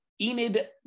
Enid